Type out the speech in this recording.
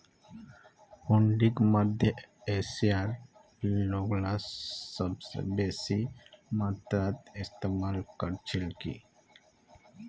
हुंडीक मध्य एशियार लोगला सबस बेसी मात्रात इस्तमाल कर छिल की